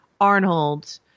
Arnold